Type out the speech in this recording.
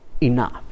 enough